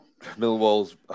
Millwall's